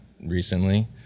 recently